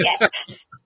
yes